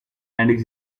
and